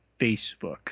Facebook